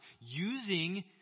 using